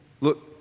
Look